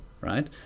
right